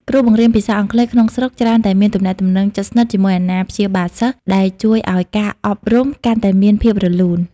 គ្រូបង្រៀនភាសាអង់គ្លេសក្នុងស្រុកច្រើនតែមានទំនាក់ទំនងជិតស្និទ្ធជាមួយអាណាព្យាបាលសិស្ស ដែលជួយឱ្យការអប់រំកាន់តែមានភាពរលូន។